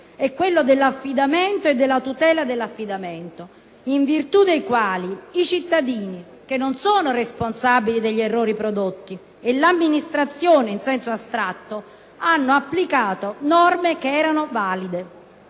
quello dell'affidamento e della sua tutela, in virtù del quale i cittadini, che non sono responsabili degli errori prodotti, e l'amministrazione in senso astratto, hanno applicato norme che erano valide.